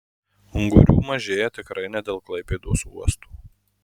ungurių mažėja tikrai ne dėl klaipėdos uosto